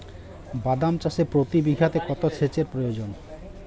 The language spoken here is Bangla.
বাদাম চাষে প্রতি বিঘাতে কত সেচের প্রয়োজন?